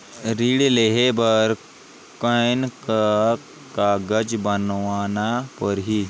ऋण लेहे बर कौन का कागज बनवाना परही?